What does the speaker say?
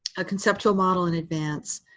a conceptual model in advance